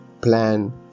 plan